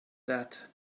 that